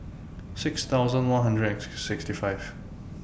six thousand one hundred and sixty five